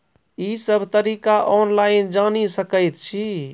ई सब तरीका ऑनलाइन जानि सकैत छी?